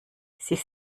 sich